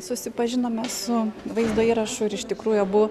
susipažinome su vaizdo įrašu ir iš tikrųjų abu